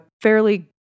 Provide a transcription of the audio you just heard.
fairly